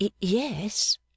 Yes